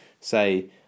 say